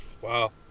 Wow